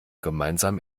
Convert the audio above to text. gemeinsam